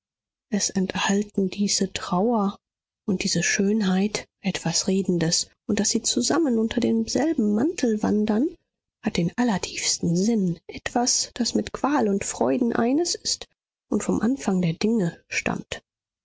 es enthalten diese trauer und diese schönheit etwas redendes und daß sie zusammen unter demselben mantel wandern hat den allertiefsten sinn etwas das mit qual und freuden eines ist und vom anfang der dinge stammt